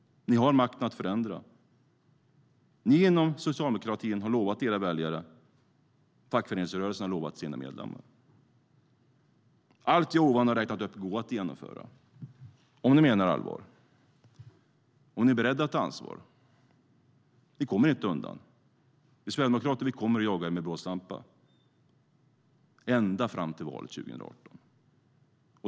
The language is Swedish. Ni har makten att förändra. Ni inom socialdemokratin har lovat era väljare, och fackföreningsrörelsen har lovat sina medlemmar. Ni kommer inte undan. Vi sverigedemokrater kommer att jaga er med blåslampa ända fram till valet 2018.